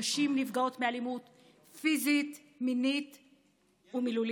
נשים נפגעות מאלימות פיזית, מינית ומילולית.